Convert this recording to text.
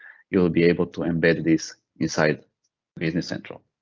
you'll be able to embed this inside business central.